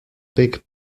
big